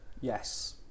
Yes